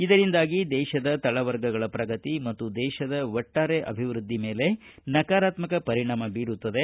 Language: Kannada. ಇದರಿಂದಾಗಿ ದೇಶದ ತಳವರ್ಗಗಳ ಪ್ರಗತಿ ಮತ್ತು ದೇಶದ ಒಟ್ಟಾರೆ ಅಭಿವೃದ್ದಿ ಮೇಲೆ ನಕಾರಾತ್ಮಕ ಪರಿಣಾಮ ಬೀರುತ್ತದೆ